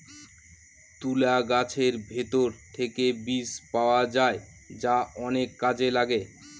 তুলা গাছের ভেতর থেকে বীজ পাওয়া যায় যা অনেক কাজে লাগে